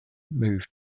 moved